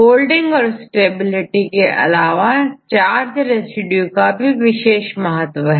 folding और stability के अलावा चार्ज रेसिड्यू का भी महत्व है